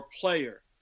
player